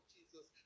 Jesus